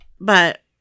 But-